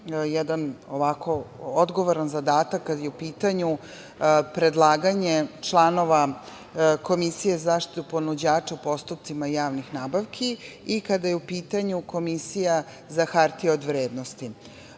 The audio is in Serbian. jedan odgovoran zadatak kada je u pitanju predlaganje članova Komisije za zaštitu ponuđača u postupcima javnih nabavki i kada je u pitanju Komisija za hartije od vrednosti. Kada